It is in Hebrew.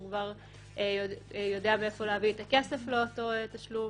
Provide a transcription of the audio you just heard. הוא כבר יודע מאיפה להביא את הכסף לאותו תשלום,